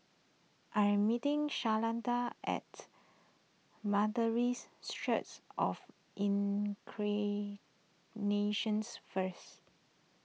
I am meeting Shalonda at Methodist Church of first